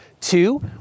Two